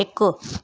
हिकु